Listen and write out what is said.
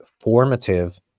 formative